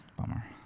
Bummer